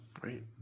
Great